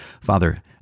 Father